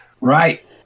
Right